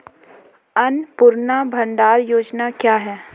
अन्नपूर्णा भंडार योजना क्या है?